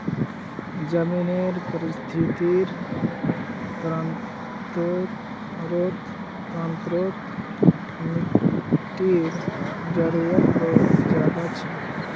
ज़मीनेर परिस्थ्तिर तंत्रोत मिटटीर जरूरत बहुत ज़्यादा छे